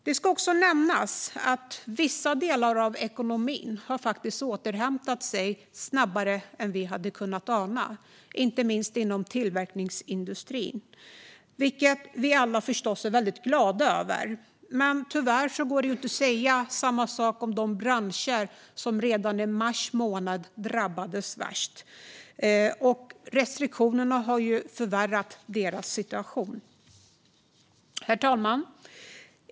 Det ska nämnas att vissa delar av ekonomin faktiskt har återhämtat sig snabbare än vi hade kunnat ana, inte minst inom tillverkningsindustrin. Det är vi förstås alla glada över. Men tyvärr går det inte att säga samma sak om de branscher som drabbades värst redan i mars månad förra året. Restriktionerna har förvärrat deras situation. Herr talman!